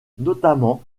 notamment